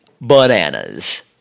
bananas